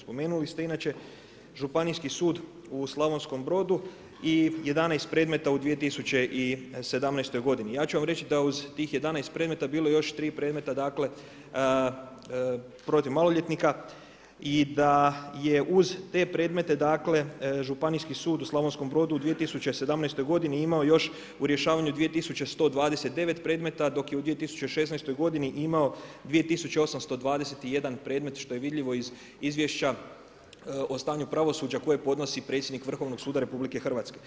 Spomenuli ste inače Županijski sud u Slavonskom Brodu i 11 predmeta u 2017. godini. ja ću vam reći da uz tih 11 predmeta bilo je još tri predmeta dakle protiv maloljetnika i da je uz te predmete Županijski sud u Slavonskom Brodu u 2017. godini imao još u rješavanju 2129 predmeta dok je u 2016. godini imao 2821 predmet što je vidljivo iz izvješća o stanju pravosuđa koje podnosi predsjednik Vrhovnog suda RH.